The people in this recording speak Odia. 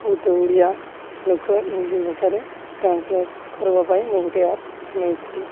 ଗୋଟେ ଓଡ଼ିଆ ଲୋକ ଇଂଲିଶ ଭାଷାରେ ଟ୍ରାନ୍ସଲେଟ୍ କରିବା ପାଇଁ ମୁଁ ଗୋଟେ ଆପ୍ ନେଇଥିଲି